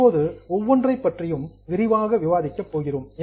இப்போது ஒவ்வொன்றைப் பற்றியும் விரிவாக விவாதிக்க போகிறோம்